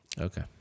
Okay